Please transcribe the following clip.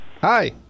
Hi